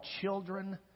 children